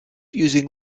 using